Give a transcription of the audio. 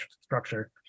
structure